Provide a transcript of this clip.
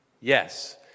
Yes